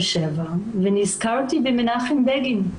נזכרתי במנחם בגין.